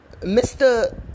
Mr